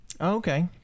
Okay